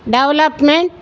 development